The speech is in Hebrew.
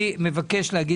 אני מבהיר